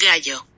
Gallo